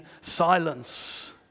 silence